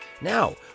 now